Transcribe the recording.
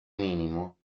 minimo